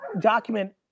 document